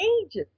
ages